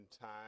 time